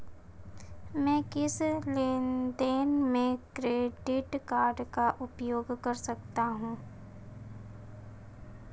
मैं किस लेनदेन में क्रेडिट कार्ड का उपयोग कर सकता हूं?